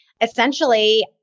Essentially